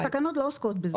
התקנות לא עוסקות בזה.